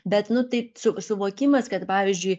bet nu tai su suvokimas kad pavyzdžiui